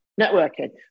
Networking